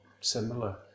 similar